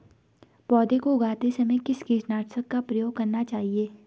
पौध को उगाते समय किस कीटनाशक का प्रयोग करना चाहिये?